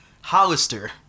Hollister